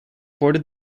boarded